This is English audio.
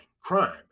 crime